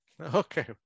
Okay